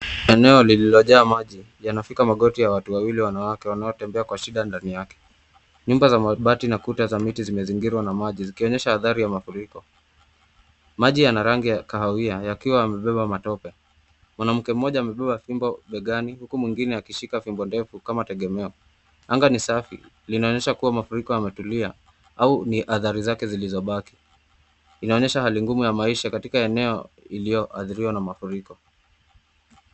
Eneo lililojaa maji yanafikia magoti ya watu wawili wanawake wanaotembea kwa shida ndani yake. Nyumba za mabati na kuta za miti zimezingirwa na maji zikionyesha athari ya mafuriko. Maji yana rangi ya kahawia yakiwa yamebeba matope. Mwanamke mmoja amebeba fimbo begani huku mwingine akishika fimbo ndefu kama tegemeo. Anga ni safi linaonyesha kuwa mafuriko yametulia au ni athari zake zilizobaki. Inaonyesha hali ngumu ya maisha katika eneo iliyoathiriwa na mafuriko.